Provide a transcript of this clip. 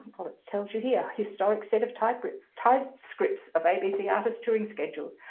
well it tells you here historic set of typescripts typescripts of abc artists touring schedules,